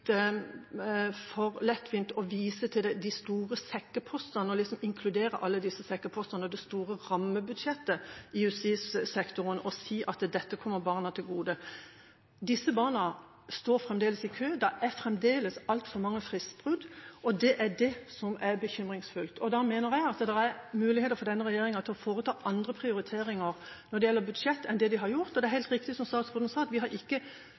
for lettvint å vise til de store sekkepostene og liksom inkludere alle disse sekkepostene og det store rammebudsjettet i justissektoren og si at det kommer barna til gode. Disse barna står fremdeles i kø, det er fremdeles altfor mange fristbrudd, og det er det som er bekymringsfullt. Da mener jeg at det er muligheter for denne regjeringa til å foreta andre prioriteringer når det gjelder budsjett, enn det de har gjort. Det er helt riktig, som statsråden sa, at vi har ikke